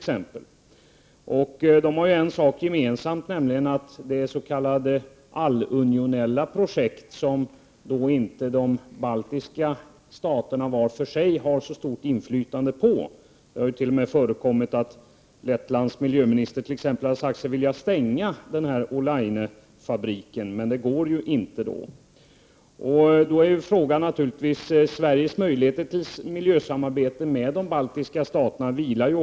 Gemensamt för de baltiska staterna är det s.k. allunionella projektet, som de olika staterna var för sig inte har så stort inflytande på. Det har t.o.m. förekommit att Lettlands miljöminister har sagt sig vilja stänga Olainefabriken, men det har inte varit möjligt. Sveriges möjligheter till miljösamarbete med de baltiska staterna vilar Prot.